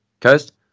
Coast